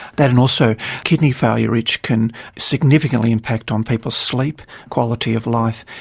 that and also kidney failure itch can significantly impact on people's sleep, quality of life.